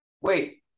Wait